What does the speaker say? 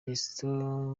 rasta